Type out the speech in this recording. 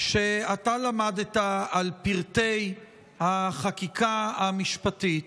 שאתה למדת על פרטי החקיקה המשפטית